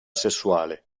sessuale